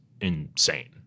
insane